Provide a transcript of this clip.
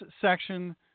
section